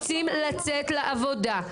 רוצים לצאת לעבודה.